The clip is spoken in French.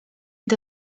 est